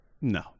No